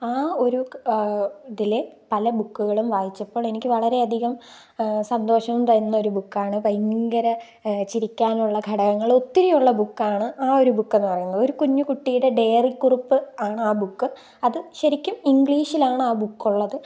ആ ഒരു ഇതിലെ പല ബുക്കുകളും വായിച്ചപ്പോൾ എനിക്ക് വളരെയധികം സന്തോഷവും തരുന്നൊരു ബുക്കാണ് ഭയങ്കര ചിരിക്കാനുള്ള ഘടകങ്ങൾ ഒത്തിരിയുള്ള ബുക്കാണ് ആ ഒരു ബുക്കെന്നു പറയുന്നത് ഒരു കുഞ്ഞുകുട്ടിയുടെ ഡയറിക്കുറുപ്പ് ആണ് ആ ബുക്ക് അത് ശരിക്കും ഇംഗ്ലീഷിലാണ് ആ ബുക്കുള്ളത്